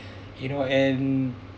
you know and